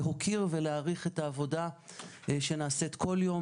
להוקיר ולהעריך את העבודה שנעשית כל יום,